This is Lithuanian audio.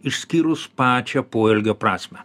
išskyrus pačią poelgio prasmę